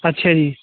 ਅੱਛਾ ਜੀ